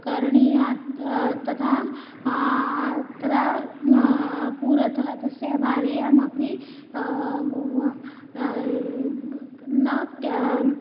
करणीयं त तथा पूरतः तस्य भार्यामपि ना त्या